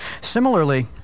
Similarly